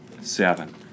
Seven